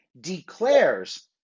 declares